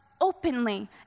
openly